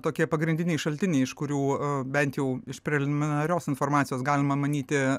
tokie pagrindiniai šaltiniai iš kurių bent jau iš preliminarios informacijos galima manyti